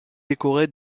décoré